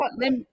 let